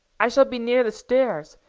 i shall be near the stars,